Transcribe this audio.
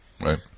Right